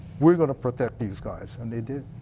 we're going to protect these guys and we did.